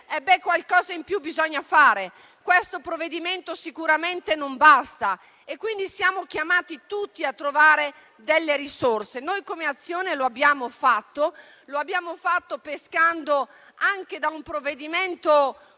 qualcosa in più bisogna fare e questo provvedimento sicuramente non basta. Siamo quindi chiamati tutti a trovare delle risorse; noi come Azione lo abbiamo fatto, pescando anche da un provvedimento